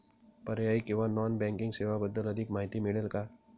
पर्यायी किंवा non banking सेवांबद्दल अधिक माहिती मिळेल का?